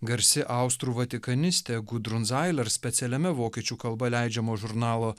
garsi austrų vatikanistė gudrun sailer specialiame vokiečių kalba leidžiamo žurnalo